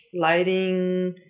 lighting